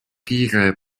kiire